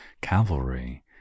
cavalry